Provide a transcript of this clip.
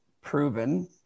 proven